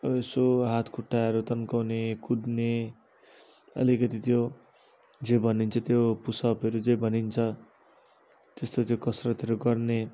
अब यसो हात खुट्टाहरू तन्काउने कुद्ने अलिकति त्यो जे भनिन्छ त्यो पुसअपहरू जे भनिन्छ त्यस्तो त्यो कसरतहरू गर्ने